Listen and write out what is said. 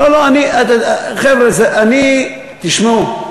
לא, חבר'ה, תשמעו,